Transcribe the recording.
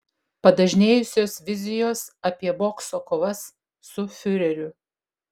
padažnėjusios vizijos apie bokso kovas su fiureriu